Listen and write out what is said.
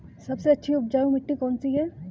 सबसे अच्छी उपजाऊ मिट्टी कौन सी है?